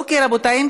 אוקיי, רבותיי.